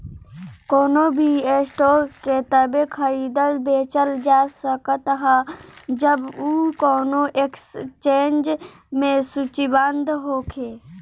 कवनो भी स्टॉक के तबे खरीदल बेचल जा सकत ह जब उ कवनो एक्सचेंज में सूचीबद्ध होखे